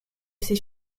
ses